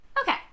Okay